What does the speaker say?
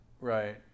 Right